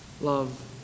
Love